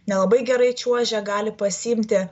nelabai gerai čiuožia gali pasiimti